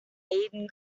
aden